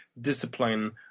discipline